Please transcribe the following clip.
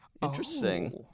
interesting